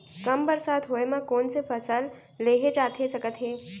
कम बरसात होए मा कौन से फसल लेहे जाथे सकत हे?